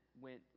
went